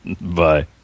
Bye